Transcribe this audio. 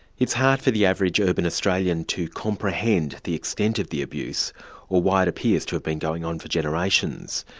it's hard for the average urban australian to comprehend the extent of the abuse or why it appears to have been going on for generations.